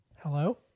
hello